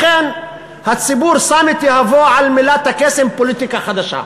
לכן הציבור שם את יהבו על מילת הקסם "פוליטיקה חדשה".